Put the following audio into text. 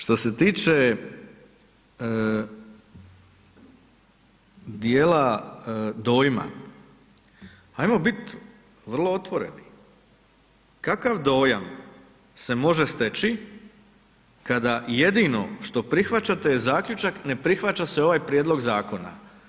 Što se tiče djela dojma ajmo bit vrlo otvoreni, kakav dojam se može steći kada jedino što prihvaćate je zaključak ne prihvaća se ovaj prijedlog zakona.